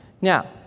Now